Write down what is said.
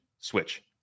switch